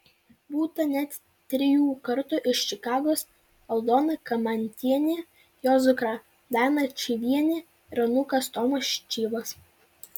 būta net trijų kartų iš čikagos aldona kamantienė jos dukra daina čyvienė ir anūkas tomas čyvas